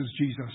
Jesus